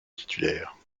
titulaire